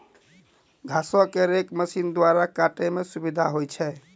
घासो क रेक मसीन द्वारा काटै म सुविधा होय छै